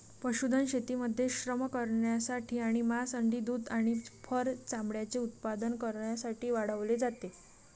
पशुधन शेतीमध्ये श्रम करण्यासाठी आणि मांस, अंडी, दूध आणि फर चामड्याचे उत्पादन करण्यासाठी वाढवले जाते